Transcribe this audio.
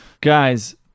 Guys